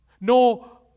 no